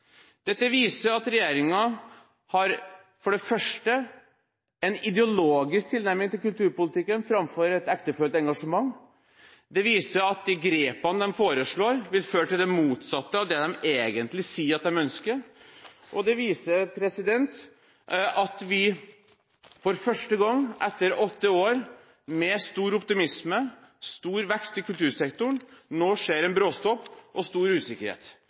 Dette viser for det første at regjeringen har en ideologisk tilnærming til kulturpolitikken framfor et ektefølt engasjement, det viser at de grepene de foreslår, vil føre til det motsatte av det de egentlig sier at de ønsker, og det viser at vi for første gang etter åtte år med stor optimisme og stor vekst i kultursektoren, nå ser en bråstopp og stor usikkerhet.